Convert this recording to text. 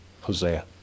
Hosea